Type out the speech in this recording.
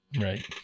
Right